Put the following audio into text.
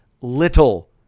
little